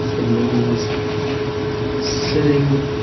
it means sitting